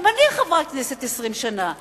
גם אני חברת כנסת 20 שנה.